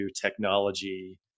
technology